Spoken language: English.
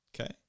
okay